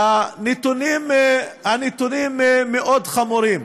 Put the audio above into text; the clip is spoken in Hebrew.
הנתונים מאוד חמורים.